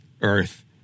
Earth